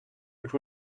which